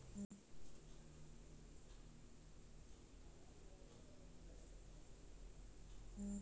Online purchase ನಲ್ಲಿ debit ಕಾರ್ಡಿನ number ಕೊಟ್ಟಾಗ ಏನಾದರೂ ಪ್ರಾಬ್ಲಮ್ ಆಗುತ್ತದ ಅಂತ ತಿಳಿಸಿ?